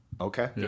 Okay